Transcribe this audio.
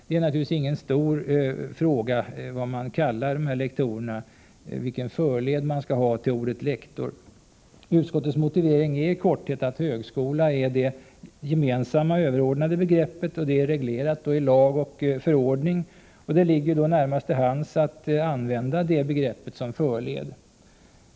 Det är naturligtvis ingen stor fråga vilken förled man skall använda till ordet lektor. Utskottets motivering är i korthet att högskola är det gemensamma, överordnade begreppet, reglerat i lag och förordning. Det ligger då närmast till hands att använda det begreppet som förled.